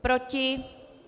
Proti?